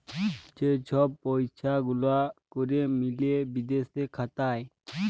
যে ছব পইসা গুলা ক্যরে মিলে বিদেশে খাতায়